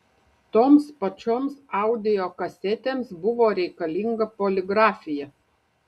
toms pačioms audio kasetėms buvo reikalinga poligrafija